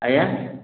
ଆଜ୍ଞା